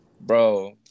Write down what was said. bro